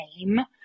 name